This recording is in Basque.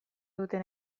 duten